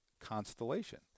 Constellation